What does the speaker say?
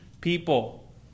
people